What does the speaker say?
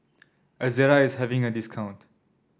Ezerra is having a discount